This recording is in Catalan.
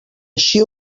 així